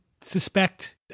suspect